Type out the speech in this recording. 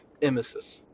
emesis